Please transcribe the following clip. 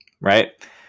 right